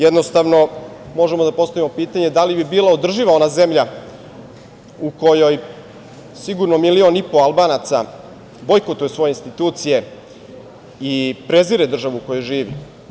Jednostavno možemo da postavimo pitanje – da li bi bila održiva ona zemlja u kojoj sigurno 1,5 miliona Albanaca bojkotuje svoje institucije i prezire državu u kojoj živi?